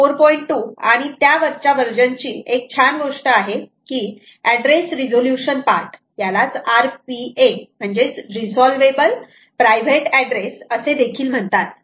2 आणि त्यावरच्या वर्जन ची एक छान गोष्ट आहे की एड्रेस रिझोल्युशन पार्ट यालाच RPA म्हणजेच रेसॉल्वबल प्रायव्हेट एड्रेस असे देखील म्हणतात